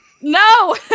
No